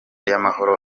y’amahoro